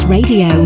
Radio